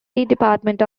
department